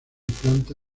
planta